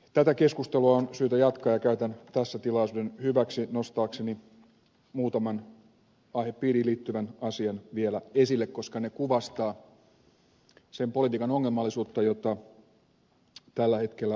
tätä keskustelua on syytä jatkaa ja käytän tässä tilaisuuden hyväksi nostaakseni muutaman aihepiiriin liittyvän asian vielä esille koska ne kuvastavat sen politiikan ongelmallisuutta jota tällä hetkellä hallitus harjoittaa